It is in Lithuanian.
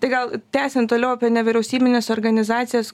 tai gal tęsiant toliau apie nevyriausybines organizacijas